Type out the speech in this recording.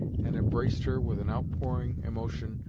and embraced her with an outpouring emotion,